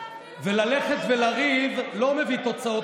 וללכת ולריב לא מביא תוצאות.